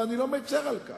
ואני לא מצר על כך,